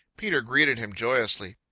peter greeted him joyously.